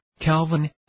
Calvin